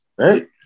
Right